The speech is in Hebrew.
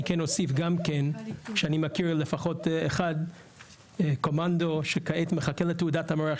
אני כן אוסיף גם כן שאני מכיר לפחות אחד קומנדו שכעת מחכה לתעודת המרה,